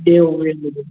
एवं